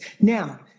Now